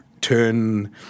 turn